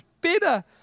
better